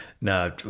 No